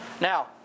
Now